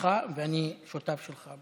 שלך ואני שותף שלך.